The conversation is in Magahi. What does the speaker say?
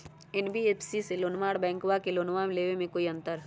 एन.बी.एफ.सी से लोनमा आर बैंकबा से लोनमा ले बे में कोइ अंतर?